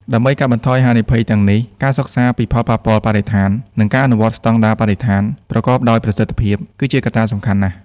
ដើម្បីកាត់បន្ថយហានិភ័យទាំងនេះ ការសិក្សាពីផលប៉ះពាល់បរិស្ថាន និងការអនុវត្តស្តង់ដារបរិស្ថានប្រកបដោយប្រសិទ្ធភាព គឺជាកត្តាសំខាន់ណាស់។